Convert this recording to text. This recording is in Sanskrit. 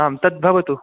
आम् तद्भवतु